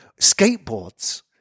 skateboards